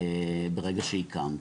ברגע שהקמת.